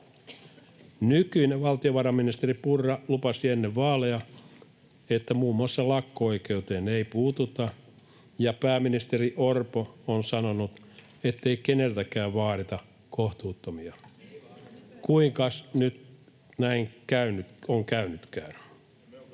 Nykyinen valtionvarainministeri Purra lupasi ennen vaaleja, että muun muassa lakko-oikeuteen ei puututa, ja pääministeri Orpo on sanonut, ettei keneltäkään vaadita kohtuuttomia. Kuinkas nyt näin on käynytkään?